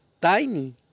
tiny